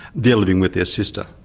they're living with their sister.